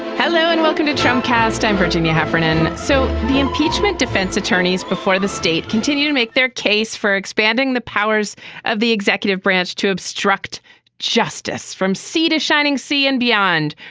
hello and welcome to trem cast and virginia heffernan. so the impeachment defense attorneys before the state continue to make their case for expanding the powers of the executive branch to obstruct justice from sea to shining sea and beyond.